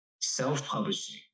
self-publishing